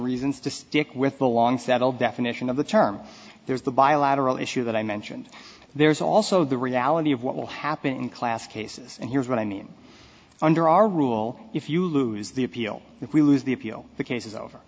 reasons to stick with the long settled definition of the term there's the bilateral issue that i mentioned there's also the reality of what will happen in class cases and here's what i mean under our rule if you lose the appeal if we lose the appeal the case is over